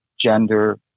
gender